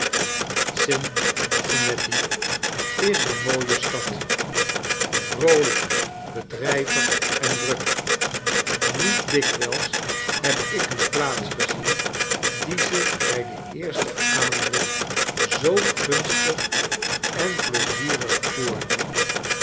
cincinnati is een mooie stad vroolijk bedrijvig en druk niet dikwijls heb ik een plaats gezien die zich bij den eersten aanblik zoo gunstig en pleizierig voordoet